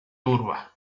turba